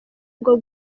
bwo